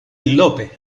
lope